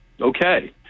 okay